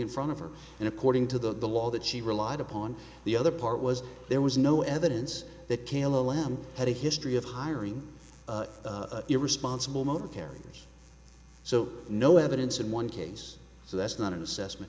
in front of her and according to the law that she relied upon the other part was there was no evidence that kayla lam had a history of hiring irresponsible motor parents so no evidence in one case so that's not an assessment